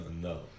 No